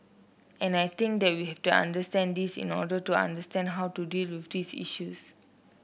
and I think that we have to understand this in order to understand how to deal with these issues